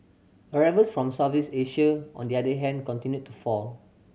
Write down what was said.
arrivals from Southeast Asia on the other hand continued to fall